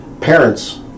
parents